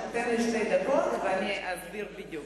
תן לי שתי דקות ואסביר בדיוק.